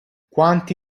quanti